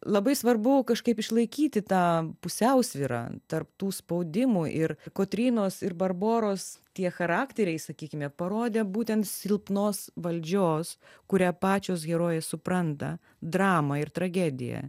labai svarbu kažkaip išlaikyti tą pusiausvyrą tarp tų spaudimų ir kotrynos ir barboros tie charakteriai sakykime parodė būtent silpnos valdžios kurią pačios herojės supranta dramą ir tragediją